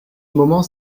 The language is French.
moment